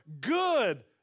good